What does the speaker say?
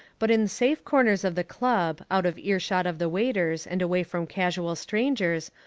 but in safe corners of the club, out of earshot of the waiters and away from casual strangers,